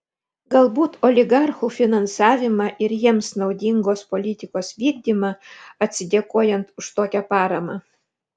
galbūt oligarchų finansavimą ir jiems naudingos politikos vykdymą atsidėkojant už tokią paramą